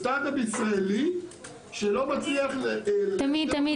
זה סטארט-אפ ישראלי שלא מצליח --- תמיד-תמיד